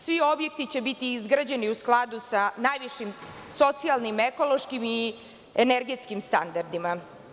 Svi objekti će biti izgrađeni u skladu sa najvišim socijalnim, ekološkim i energetskim standardima.